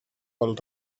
pel